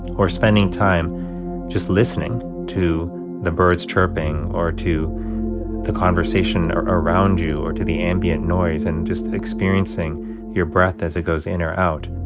or spending time just listening to the birds chirping or to the conversation around you or to the ambient noise and just experiencing your breath as it goes in or out,